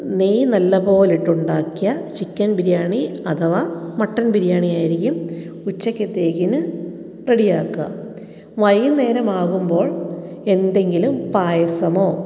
നെയ്യ് നല്ലതു പോലെ ഇട്ട് ഉണ്ടാക്കിയ ചിക്കന് ബിരിയാണി അഥവാ മട്ടണ് ബിരിയാണിയായിരുക്കും ഉച്ചയ്ക്കത്തേക്കിന് റെഡിയാക്കുക വൈകുന്നേരം ആകുമ്പോള് എന്തെങ്കിലും പായസമോ